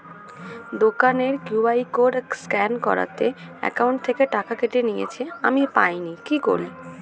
দোকানের QR code scan করাতে account থেকে টাকা কেটে নিয়েছে, আমি পাইনি কি করি?